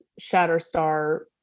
Shatterstar